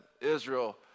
Israel